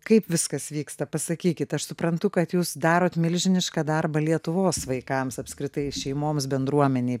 kaip viskas vyksta pasakykit aš suprantu kad jūs darot milžinišką darbą lietuvos vaikams apskritai šeimoms bendruomenei